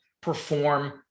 perform